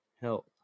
Help